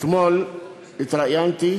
אתמול התראיינתי,